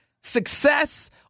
success